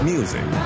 Music